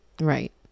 right